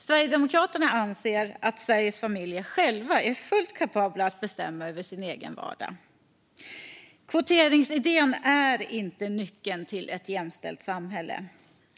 Sverigedemokraterna anser att Sveriges familjer själva är fullt kapabla att bestämma över sin egen vardag. Kvoteringsidén är inte nyckeln till ett jämställt samhälle.